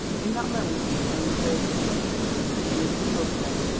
in that moment it became clear to him he knew he loved her,